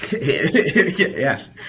yes